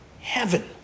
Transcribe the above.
heaven